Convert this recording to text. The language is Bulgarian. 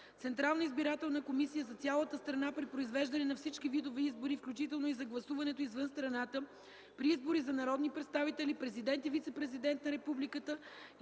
Централна избирателна комисия – за цялата страна при произвеждане на всички видове избори, включително и за гласуването извън страната при избори за народни представители, президент и вицепрезидент на републиката